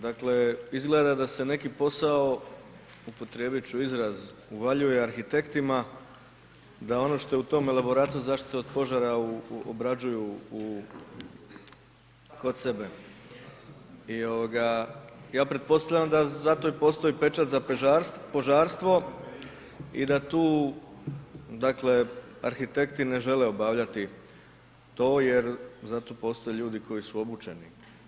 Dakle, izgleda da se neki posao, upotrijebit ću izraz uvaljuje arhitektima, da ono što je u tom elaboratu zaštite od požara, obrađuju u kod sebe i ja pretpostavljam da zato i postoji pečat za požarstvo i da tu, dakle, arhitekti ne žele obavljati to jer za to postoje ljudi koji su obučeni.